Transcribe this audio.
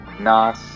Nas